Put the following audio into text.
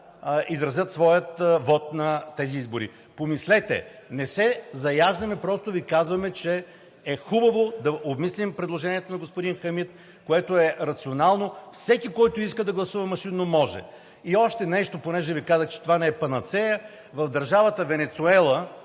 изразят своя вот на тези избори? Помислете! Не се заяждаме, просто Ви казваме, че е хубаво да обмислим предложението на господин Хамид, което е рационално. Всеки, който иска да гласува машинно, може. И още нещо, понеже Ви казах, че това не е панацея – в държавата Венецуела,